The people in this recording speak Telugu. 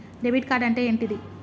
డెబిట్ కార్డ్ అంటే ఏంటిది?